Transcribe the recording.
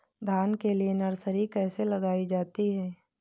धान के लिए नर्सरी कैसे लगाई जाती है?